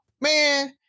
man